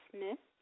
Smith